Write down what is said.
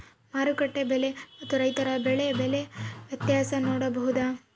ಮಾರುಕಟ್ಟೆ ಬೆಲೆ ಮತ್ತು ರೈತರ ಬೆಳೆ ಬೆಲೆ ವ್ಯತ್ಯಾಸ ನೋಡಬಹುದಾ?